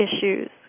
issues